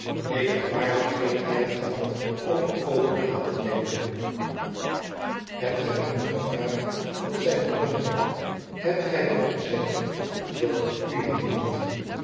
ik heb waarlijk geen tijd gehad om er over na te denken hebt gij hun gevraagd wat zij verlangen hebt gij hun gezegd dat het u hindert